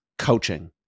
coaching